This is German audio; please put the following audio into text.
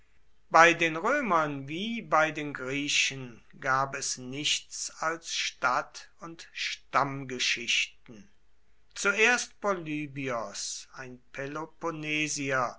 bei den römern wie bei den griechen gab es nichts als stadt oder stammgeschichten zuerst polybios ein peloponnesier